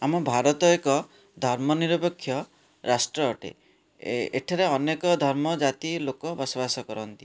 ଆମ ଭାରତ ଏକ ଧର୍ମ ନିରପେକ୍ଷ ରାଷ୍ଟ୍ର ଅଟେ ଏଠାରେ ଅନେକ ଧର୍ମଜାତି ଲୋକ ବସବାସ କରନ୍ତି